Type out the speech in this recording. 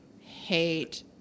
hate